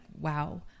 wow